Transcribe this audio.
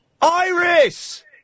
Iris